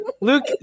Luke